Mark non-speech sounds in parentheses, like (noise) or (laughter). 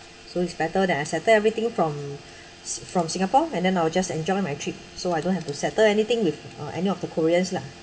so it's better that I settle everything from (breath) si~ from singapore and then I will just enjoy my trip so I don't have to settle anything with uh any of the koreans lah